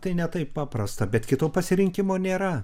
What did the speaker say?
tai ne taip paprasta bet kito pasirinkimo nėra